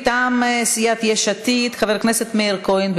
מטעם סיעת יש עתיד, חבר הכנסת מאיר כהן.